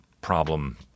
problem